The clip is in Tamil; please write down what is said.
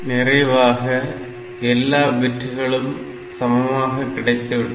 நிறைவாக எல்லா பிட்களும் சமமாக கிடைத்துவிட்டன